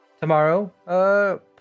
tomorrow